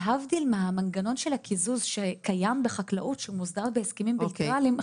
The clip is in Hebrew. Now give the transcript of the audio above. זאת להבדיל מהמנגנון של הקיזוז שקיים בחקלאות שמוסדר בהסכמים בילטרליים.